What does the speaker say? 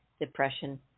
depression